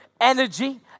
energy